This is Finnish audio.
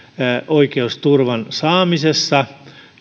oikeusturvan saamisessa